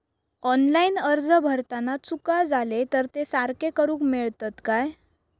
Online अर्ज भरताना चुका जाले तर ते सारके करुक मेळतत काय?